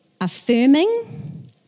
affirming